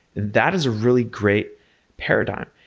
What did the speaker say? that is a really great paradigm.